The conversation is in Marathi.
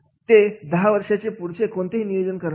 ते दहा वर्षे पुढचं कोणीही नियोजन करणार नाही